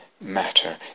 matter